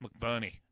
McBurney